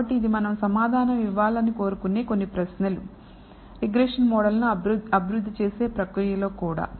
కాబట్టి ఇవి మనం సమాధానం ఇవ్వాలని కోరుకునే కొన్ని ప్రశ్నలు రిగ్రెషన్ మోడల్ను అభివృద్ధి చేసే ప్రక్రియలో కూడా